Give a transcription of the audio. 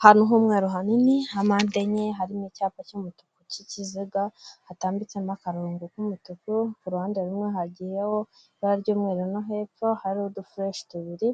Ahantu h'umweru hanini ha mpande enye hari n'icyapa cy'umutuku cy'ikiziga, hatambitsemo akarongo k'umutuku, ku ruhande rumwe hagiyeho ibara ry'umweru no hepfo hari udureshi tubiri,